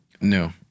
No